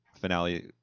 finale